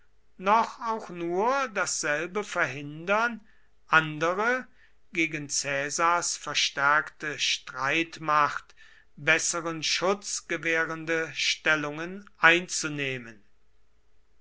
noch auch nur dasselbe verhindern andere gegen caesars verstärkte streitmacht besseren schutz gewährende stellungen einzunehmen